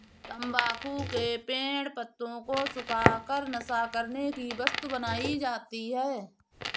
तम्बाकू के पेड़ पत्तों को सुखा कर नशा करने की वस्तु बनाई जाती है